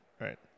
Right